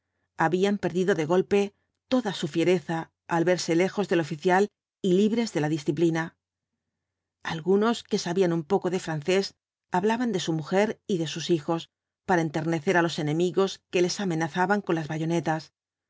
habían perdido de golpe toda su fiereza al verse lejos del oficial y libres de la disciplina algunos que sabían un poco de francés hablaban de su mujer y de sus hijos para enternecer á los enemigos que les amenazaban con las bayonetas